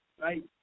right